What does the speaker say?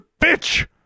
bitch